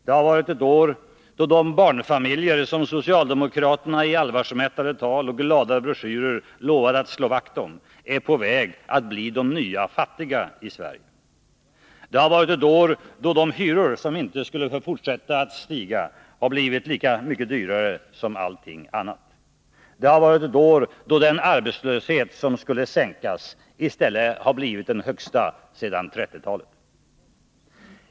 Det har varit ett år då de barnfamiljer som socialdemokraterna i allvarsmättade tal och glada broschyrer lovade att slå vakt om, är på väg att bli de nya fattiga i Sverige. Det har varit ett år då de hyror som inte skulle få fortsätta att stiga har blivit lika mycket dyrare som allting annat. Det har varit ett år då den arbetslöshet som skulle sänkas, i stället har blivit den högsta sedan 1930-talet.